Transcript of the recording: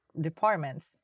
departments